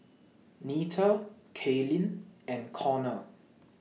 Nita Kaylynn and Konnor